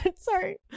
Sorry